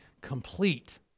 complete